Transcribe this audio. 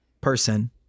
person